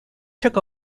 took